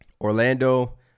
Orlando